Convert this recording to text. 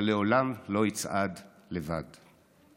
אבל לעולם, לא יצעד לבד.